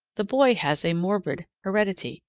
the boy has a morbid heredity,